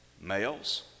Males